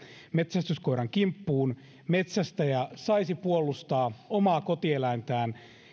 metsästyskoiran kimppuun metsästäjä saisi puolustaa omaa kotieläintään